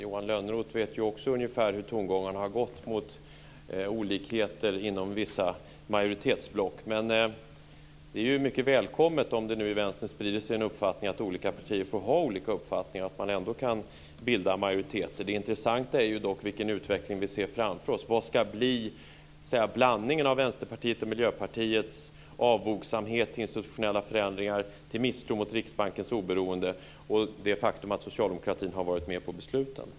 Johan Lönnroth vet ju också ungefär hur tongångarna har gått mot olikheter inom vissa majoritetsblock. Men det är ju mycket välkommet om det nu i vänstern sprider sig en uppfattning om att olika partier får ha olika uppfattningar och att man ändå kan bilda majoritet. Det intressanta är dock vilken utveckling vi ser framför oss. Vad ska bli blandningen av Vänsterpartiets och Miljöpartiets avogsamhet till institutionella förändringar och misstro till Riksbankens oberoende och det faktum att socialdemokratin har varit med om besluten?